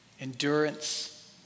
endurance